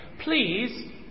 Please